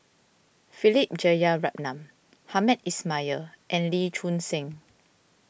Philip Jeyaretnam Hamed Ismail and Lee Choon Seng